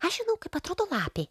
aš žinau kaip atrodo lapė